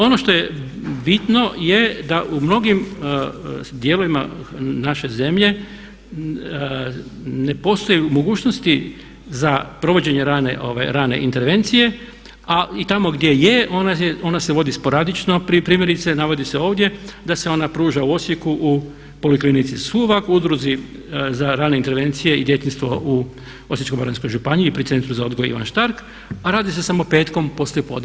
Ono što je bitno je da u mnogim dijelovima naše zemlje ne postoje mogućnosti za provođenje rane intervencije, a i tamo gdje je ona se vodi sporadično, primjerice navodi se ovdje da se ona pruža u Osijeku u poliklinici Suvag, udruzi za rane intervencije i djetinjstvo u Osječko-baranjskoj županiji pri Centru za odgoj Ivan Štark a radi se samo petkom poslijepodne.